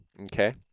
Okay